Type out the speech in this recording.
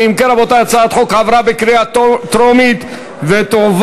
ההצעה להעביר את הצעת חוק הביטוח הלאומי (תיקון,